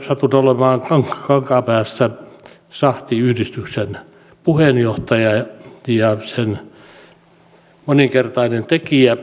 minä satun olemaan kankaanpäässä sahtiyhdistyksen puheenjohtaja ja sen moninkertainen tekijä